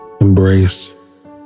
embrace